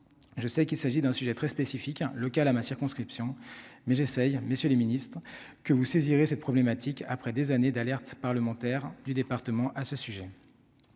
je sais qu'il s'agit d'un sujet très spécifique, un local à ma circonscription, mais j'essaye, hein messieurs les Ministres, que vous saisirez cette problématique après des années d'alerte parlementaires du département à ce sujet,